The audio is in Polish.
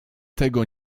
tego